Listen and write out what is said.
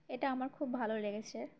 এটা আমার খুব ভালো লেগেছে